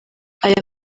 aya